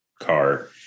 car